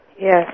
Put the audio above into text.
Yes